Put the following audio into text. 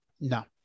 No